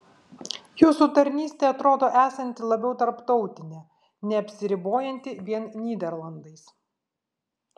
jūsų tarnystė atrodo esanti labiau tarptautinė neapsiribojanti vien nyderlandais